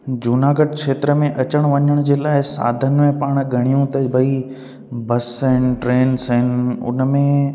जूनागढ़ क्षेत्र में अचणु वञण जे लाइ साधन पाण घणेई अथई भाई बसि आहिनि ट्रेन्स आहिनि उन में